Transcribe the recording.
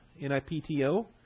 N-I-P-T-O